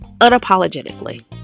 unapologetically